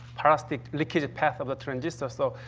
parasitic, leakage path of a transistor. so,